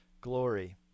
glory